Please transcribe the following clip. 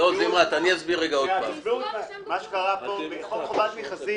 בחוק חובת מכרזים,